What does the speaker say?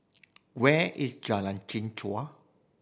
where is Jalan Chichau